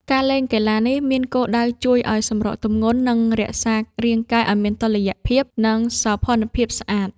ការលេងកីឡានេះមានគោលដៅជួយឱ្យសម្រកទម្ងន់ និងរក្សារាងកាយឱ្យមានតុល្យភាព និងសោភ័ណភាពស្អាត។